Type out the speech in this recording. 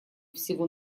всего